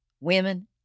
women